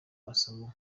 masomo